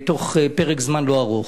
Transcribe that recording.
בתוך פרק זמן לא ארוך,